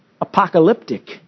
apocalyptic